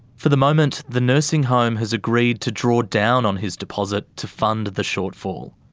for the moment, the nursing home has agreed to draw down on his deposit to fund the shortfall.